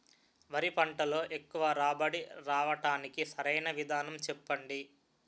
వరి పంటలో ఎక్కువ రాబడి రావటానికి సరైన విధానం చెప్పండి?